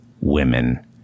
women